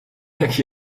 jaki